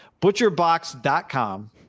Butcherbox.com